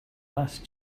last